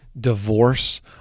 divorce